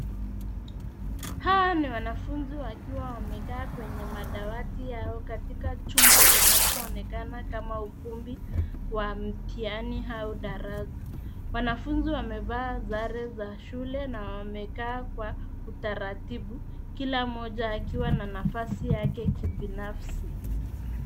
Hawa ni wanafunzi wakiwa wamekaa kwenye madawati yao katika chumba kinachoonekana kama ukumbi wa mtihani au darasa. Wanafunzi wamevaa sare za shule na wamekaa kwa utaratibu, kila mmoja akiwa na nafasi yake kibinafsi.